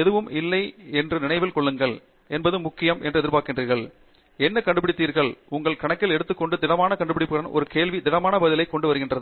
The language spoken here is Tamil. எதுவும் இல்லை என்பதை நினைவில் கொள்ளுங்கள் என்ன முக்கியம் என்ன எதிர்பார்க்கிறீர்கள் என்ன கண்டுபிடித்தீர்கள் உங்கள் கணக்கில் எடுத்துக் கொண்டு திடமான கண்டுபிடிப்புடன் ஒரு கேள்விக்கு திடமான பதிலைக் கொண்டு வருகிறது